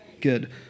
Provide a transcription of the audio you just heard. good